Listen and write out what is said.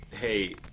hey